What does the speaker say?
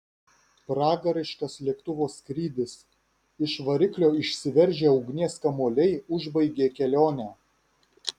pragariškas lėktuvo skrydis iš variklio išsiveržę ugnies kamuoliai užbaigė kelionę